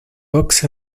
books